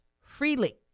freely